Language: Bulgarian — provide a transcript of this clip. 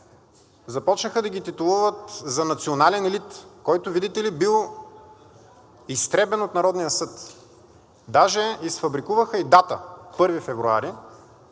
Започнаха да ги титулуват за национален елит, който, видите ли, бил изтребен от Народния съд. Даже изфабрикуваха и дата – 1 февруари,